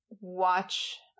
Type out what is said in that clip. watch